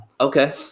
Okay